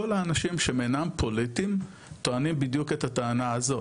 כל האנשים שהם אינם פוליטיים טוענים בדיוק את הטענה הזאת.